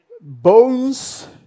bones